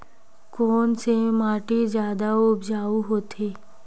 कोन से माटी जादा उपजाऊ होथे?